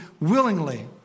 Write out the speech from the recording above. willingly